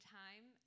time